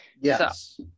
Yes